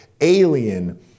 Alien